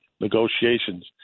negotiations